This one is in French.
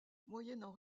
moyennant